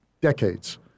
decades